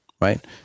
Right